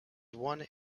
one